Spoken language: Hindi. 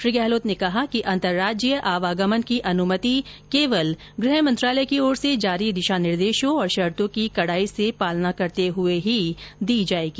श्री गहलोत ने कहा कि अन्तर्राज्यीय आवागमन की अनुमति केवल गृह मंत्रालय द्वारा जारी दिशा निर्देशों और शर्तो की कड़ाई से पालना करते हुए ही दी जाएगी